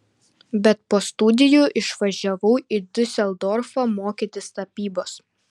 bet po studijų išvažiavau į diuseldorfą mokytis tapybos